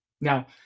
Now